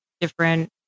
different